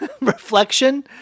reflection